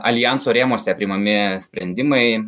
aljanso rėmuose priimami sprendimai